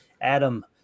Adam